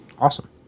Awesome